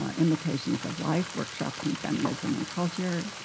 ah imitations of life workshops in feminism and culture.